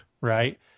Right